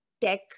tech